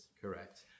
Correct